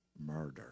murder